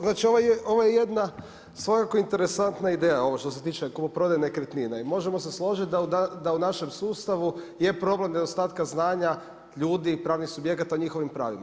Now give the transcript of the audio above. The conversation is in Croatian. Znači ovo je jedna svakako interesantna ideja ovo što se tiče kupoprodaje nekretnina i možemo se složiti da u našem sustavu je problem nedostatka znanja ljudi i pravnih subjekata u njihovim pravima.